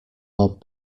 mob